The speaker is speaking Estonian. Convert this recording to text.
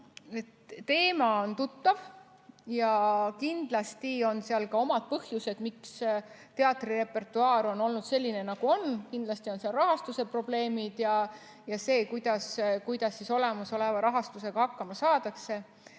teema on tuttav ja kindlasti on seal ka omad põhjused, miks teatri repertuaar on olnud selline, nagu on. Kindlasti on seal rahastuse probleemid ja see, kuidas olemasoleva rahastusega hakkama saadakse.